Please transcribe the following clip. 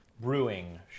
brewing